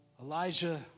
elijah